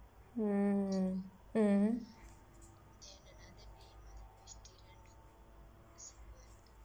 mm mm